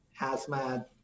hazmat